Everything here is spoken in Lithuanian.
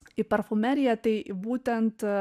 į parfumeriją tai būtent